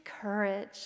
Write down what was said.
courage